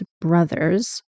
brother's